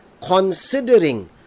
considering